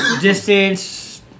Distance